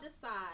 decide